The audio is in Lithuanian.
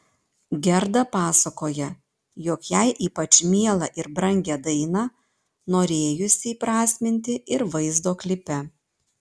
gerda pasakoja jog jai ypač mielą ir brangią dainą norėjusi įprasminti ir vaizdo klipe